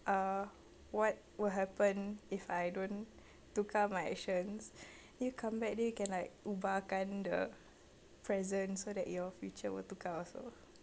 uh what will happen if I don't tukar my actions you come back then you can like ubahkan the present so that your future will tukar also